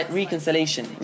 reconciliation